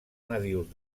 nadius